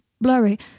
blurry